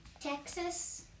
Texas